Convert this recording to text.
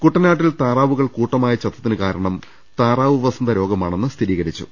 കുട്ടനാട്ടിൽ താറാവുകൾ കൂട്ടമായി ചത്തിനു കാരണം താറാവുവസന്ത രോഗമാണെന്ന് സ്ഥിരീകരിച്ചു